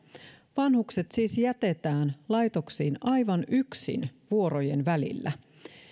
vanhukset siis jätetään laitoksiin aivan yksin vuorojen välillä